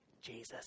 Jesus